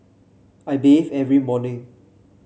I bathe every morning